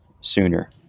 sooner